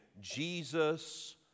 Jesus